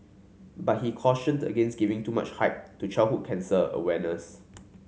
but he cautioned against giving too much hype to childhood cancer awareness